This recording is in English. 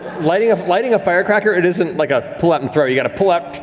lighting um lighting a firecracker, it isn't like a pull out and throw, you got to pull out